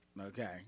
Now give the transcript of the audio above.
Okay